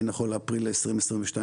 נכון לאפריל 2022,